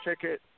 ticket